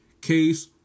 Case